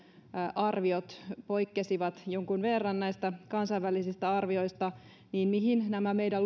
arviot poikkesivat jonkun verran näistä kansainvälisistä arvioista mihin nämä meidän